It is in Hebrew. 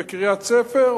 בקריית-ספר,